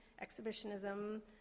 exhibitionism